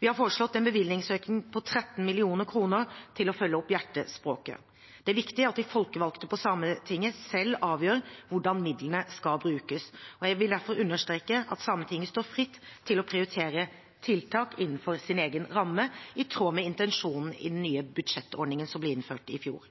Vi har foreslått en bevilgningsøkning på 13 mill. kr til å følge opp Hjertespråket. Det er viktig at de folkevalgte på Sametinget selv avgjør hvordan midlene skal brukes, og jeg vil derfor understreke at Sametinget står fritt til å prioritere tiltak innenfor sin egen ramme, i tråd med intensjonen i den nye budsjettordningen som ble innført i fjor.